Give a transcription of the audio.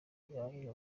ibangamiye